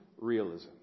realism